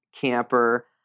Camper